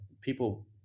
people